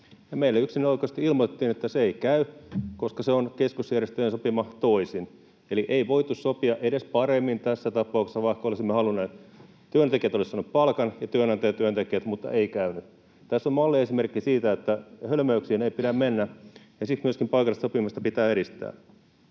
meille yksioikoisesti ilmoitettiin, että se ei käy, koska se on keskusjärjestöjen toisin sopima. Eli ei voitu sopia edes paremmin tässä tapauksessa, vaikka olisimme halunneet. Työntekijät olisivat saaneet palkan ja työnantaja työntekijät, mutta ei käynyt. Tässä on malliesimerkki siitä, että hölmöyksiin ei pidä mennä ja sitten myöskin paikallista sopimista pitää edistää.